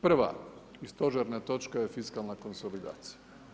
Prva i stožerna točka je fiskalna konsolidacija.